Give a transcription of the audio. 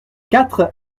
quatre